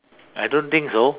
I don't think so